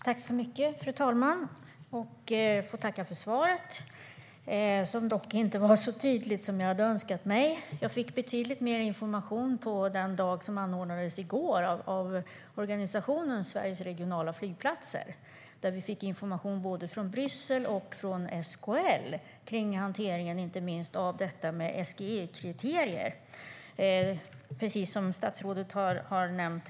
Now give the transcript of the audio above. Fru talman! Jag får tacka för svaret, som dock inte var så tydligt som jag hade önskat. Jag fick betydligt mer information under den dag som anordnades i går av organisationen Svenska Regionala Flygplatser. Där fick vi information både från Bryssel och från SKL om hanteringen av inte minst detta med SGEI-kriterier, precis som statsrådet har nämnt.